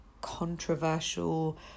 controversial